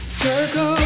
Circle